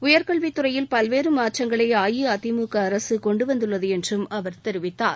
உயர்கல்வித் துறையில் பல்வேறு மாற்றங்களை அஇஅதிமுக அரசு கொண்டு வந்துள்ளது என்றும் அவர் தெரிவித்தார்